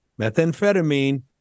methamphetamine